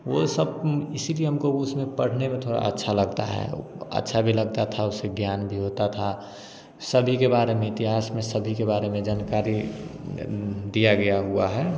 वो सब इसीलिए हमको उसमें पढ़ने में थोड़ा अच्छा लगता है अच्छा भी लगता था उससे ज्ञान भी होता था सभी के बारे में इतिहास में सभी के बारे में जानकारी दिया गया हुआ है